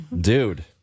Dude